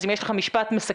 אז אם יש לך משפט מסכם.